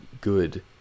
good